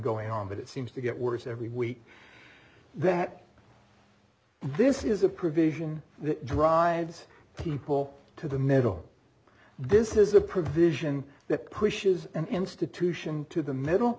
going on but it seems to get worse every week that this is a provision that drives people to the middle this is a provision that pushes an institution to the middle